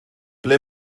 ble